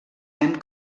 hem